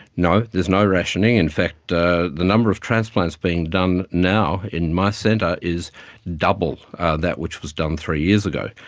no, there's no rationing. in fact the the number of transplants being done now in my centre is double that which was done three years ago.